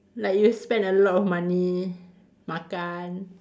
like you spend a lot of money makan